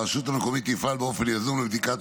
הרשות המקומית תפעל באופן יזום לבדיקת